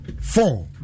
four